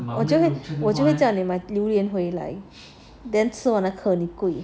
我就会我就会叫你买榴莲回来 then 吃那个很贵